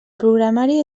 programari